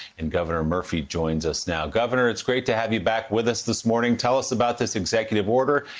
and governor murphy joins us now. governor, it's great to have you back with us this morning. tell us about this executive order,